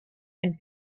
and